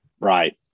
Right